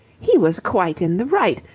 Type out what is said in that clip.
he was quite in the right.